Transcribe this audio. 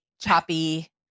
choppy